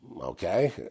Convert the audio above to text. Okay